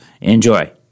Enjoy